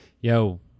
yo